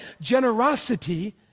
generosity